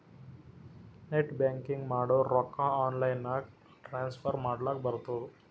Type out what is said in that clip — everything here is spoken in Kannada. ನೆಟ್ ಬ್ಯಾಂಕಿಂಗ್ ಮಾಡುರ್ ರೊಕ್ಕಾ ಆನ್ಲೈನ್ ನಾಗೆ ಟ್ರಾನ್ಸ್ಫರ್ ಮಾಡ್ಲಕ್ ಬರ್ತುದ್